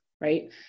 right